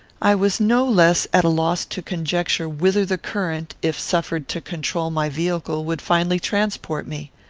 i was no less at a loss to conjecture whither the current, if suffered to control my vehicle, would finally transport me.